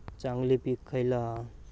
चांगली पीक खयला हा?